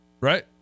right